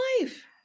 life